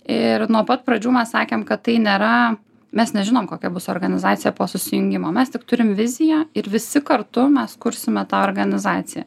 ir nuo pat pradžių mes sakėm kad tai nėra mes nežinom kokia bus organizacija po susijungimo mes tik turim viziją ir visi kartu mes kursime tą organizaciją